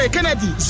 Kennedy